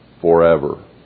forever